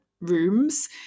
rooms